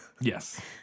Yes